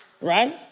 Right